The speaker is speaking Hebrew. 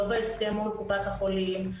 לא בהסכם מול קופת החולים,